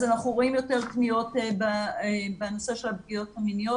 אז אנחנו רואים יותר פניות בנושא של הפגיעות המיניות.